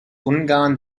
ungarn